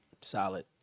Solid